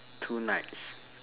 tonight